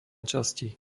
časti